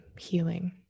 healing